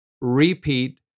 repeat